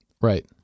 Right